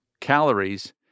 calories